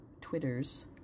Twitters